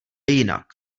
jinak